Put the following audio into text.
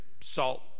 salt